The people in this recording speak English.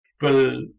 people